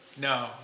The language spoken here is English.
no